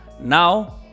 now